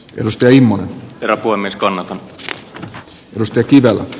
ennuste himo ja poimin skannatut mustekivellä